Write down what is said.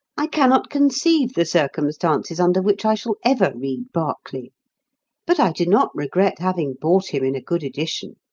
i cannot conceive the circumstances under which i shall ever read berkeley but i do not regret having bought him in a good edition,